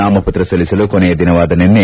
ನಾಮಪತ್ರ ಸಲ್ಲಿಸಲು ಕೊನೆಯ ದಿನವಾದ ನಿನ್ನೆ